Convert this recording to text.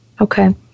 Okay